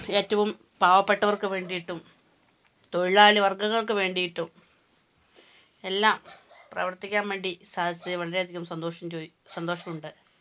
ഏറ്റവും പാവപ്പെട്ടവർക്ക് വേണ്ടിയിട്ടും തൊഴിലാളി വർഗങ്ങൾക്ക് വേണ്ടിയിട്ടും എല്ലാം പ്രവർത്തിക്കാൻ വേണ്ടി സാധിച്ചതിൽ വളരെയധികം സന്തോഷം ചോയി സന്തോഷമുണ്ട്